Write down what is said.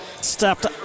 stepped